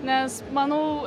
nes manau